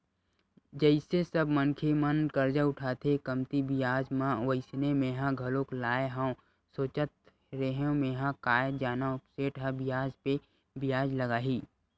जइसे सब मनखे मन करजा उठाथे कमती बियाज म वइसने मेंहा घलोक लाय हव सोचत रेहेव मेंहा काय जानव सेठ ह बियाज पे बियाज लगाही